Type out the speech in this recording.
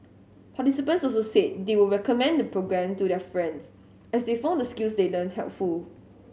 participants also said they would recommend the programme to their friends as they found the skills they learnt helpful